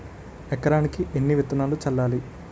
ఎకరానికి ఎన్ని విత్తనాలు చల్లాలి?